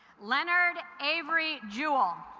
leonard avery jewel